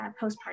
postpartum